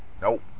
Nope